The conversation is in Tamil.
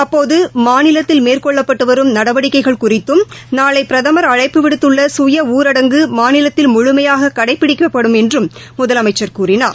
அப்போதுமாநிலத்தில் மேற்கொள்ளப்பட்டுவரும் நடவடிக்கைகள் குறித்தும் நாளைபிரதமர் அழைப்பு விடுத்துள்ள சுய ஊரடங்கு மாநிலத்தில் முழமையாகக்டைபிடிக்கப்படும் என்றும் முதலமைச்சர் கூறினார்